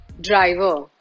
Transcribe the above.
driver